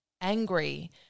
angry